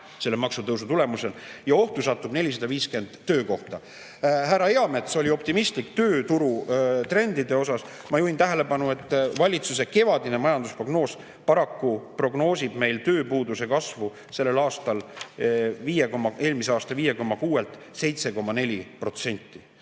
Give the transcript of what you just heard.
selle maksutõusu [tagajärjel] ja ohtu satub 450 töökohta. Härra Eamets oli optimistlik tööturutrendide puhul. Ma juhin tähelepanu, et valitsuse kevadine majandusprognoos paraku prognoosib meil tööpuuduse kasvu eelmise aasta 5,6%‑lt